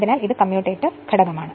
അതിനാൽ ഇത് കമ്മ്യൂട്ടേറ്റർ ഘടകമാണ്